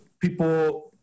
people –